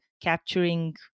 capturing